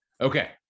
okay